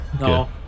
no